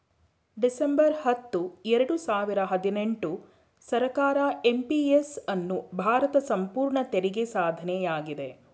December ಹತ್ತು ಎರಡು ಸಾವಿರ ಹದಿನೆಂಟು ಸರ್ಕಾರ ಎಂ.ಪಿ.ಎಸ್ ಅನ್ನು ಭಾರತ ಸಂಪೂರ್ಣ ತೆರಿಗೆ ಸಾಧನೆಯಾಗಿದೆ